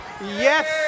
yes